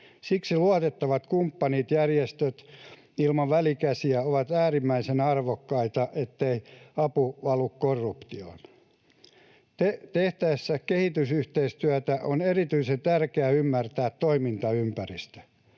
Siksi luotettavat kumppanijärjestöt ilman välikäsiä ovat äärimmäisen arvokkaita, ettei apu valu korruptioon. Tehtäessä kehitysyhteistyötä on erityisen tärkeää ymmärtää toimintaympäristö.